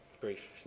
Brief